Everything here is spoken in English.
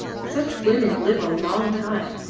such women live a long time,